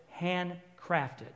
handcrafted